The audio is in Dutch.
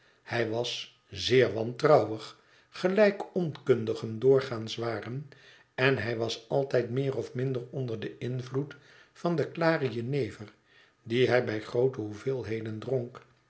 hij was zeer wantrouwig gelijk onkundigen doorgaans waren en hij was altijd meer of minder onder den invloed van de klare jenever die hij bij groote hoeveelheden dronk